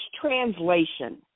translation